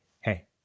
hey